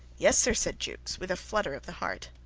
yes, sir, said jukes, with a flutter of the heart.